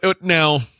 now